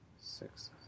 six